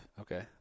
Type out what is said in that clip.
Okay